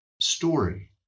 story